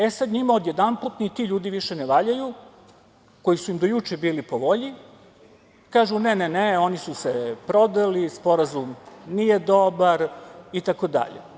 E sad, njima odjedanput ni ti ljudi više ne valjaju, koji su im do juče bili po volji, kažu – ne, ne oni su se prodali, sporazum nije dobar itd.